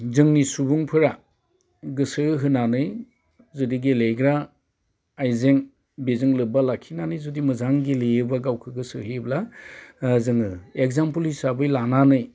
जोंनि सुबुंफोरा गोसोहोनानै जुदि गेलेग्रा आइजें बेजों लोबबा लाखिनानै जुदि मोजां गेलेयोब्ला गाव गोसो होयोब्ला जोङो एकजामपोल हिसाबै लानानै